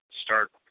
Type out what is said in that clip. start